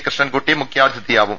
Krishnankutty മുഖ്യാതിഥിയാവും